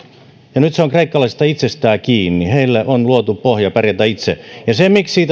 ja nyt se on kreikkalaisista itsestään kiinni heille on luotu pohja pärjätä itse se miksi